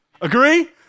Agree